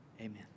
amen